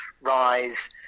rise